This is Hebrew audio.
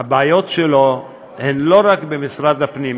הבעיות שלו הן לא רק במשרד הפנים.